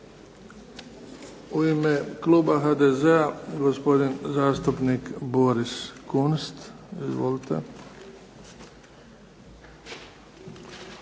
U ime kluba HDZ-a gospodin zastupnik Boris Kunst. Izvolite.